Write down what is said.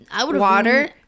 water